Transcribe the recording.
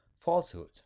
falsehood